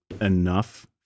enough